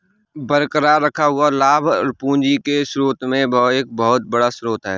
बरकरार रखा हुआ लाभ पूंजी के स्रोत में एक बहुत बड़ा स्रोत है